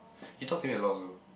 he talked to you a lot also